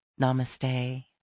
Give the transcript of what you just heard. Namaste